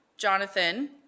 Jonathan